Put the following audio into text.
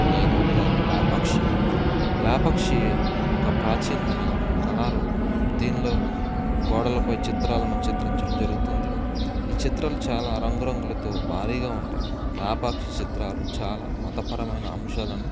ఐదవదిగా లేపాక్షి లేపాక్షి ఒక ప్రాచీనమైన కళారూపం దీనిలో గోడలపై చిత్రాలను చిత్రించడం జరుగుతుంది ఈ చిత్రాలు చాలా రంగురంగులతో భారీగా ఉంటాయి లేపాక్షి చిత్రాలు చాలా మతపరమైన అంశాలను